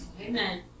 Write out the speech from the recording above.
Amen